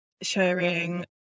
sharing